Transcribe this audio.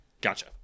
Gotcha